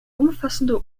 umfassende